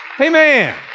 amen